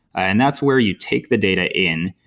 and that's where you take the data in.